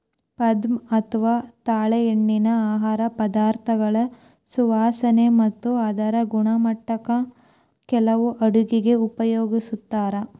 palm ಅಥವಾ ತಾಳೆಎಣ್ಣಿನಾ ಆಹಾರ ಪದಾರ್ಥಗಳ ಸುವಾಸನೆ ಮತ್ತ ಅದರ ಗುಣಮಟ್ಟಕ್ಕ ಕೆಲವು ಅಡುಗೆಗ ಉಪಯೋಗಿಸ್ತಾರ